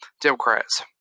Democrats